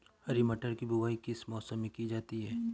हरी मटर की बुवाई किस मौसम में की जाती है?